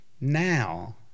now